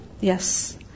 Yes